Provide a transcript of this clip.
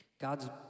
God's